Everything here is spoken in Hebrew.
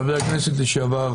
חבר הכנסת לשעבר,